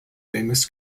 famous